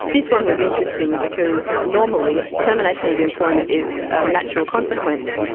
this one was interesting because normally termination of employment is a natural consequence,